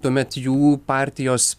tuomet jų partijos